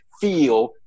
feel